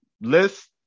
list